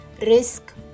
risk